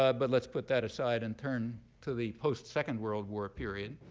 ah but let's put that aside and turn to the post second world war period.